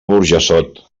burjassot